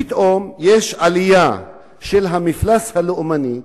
פתאום יש בה עלייה של המפלס הלאומני,